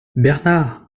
bernard